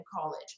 college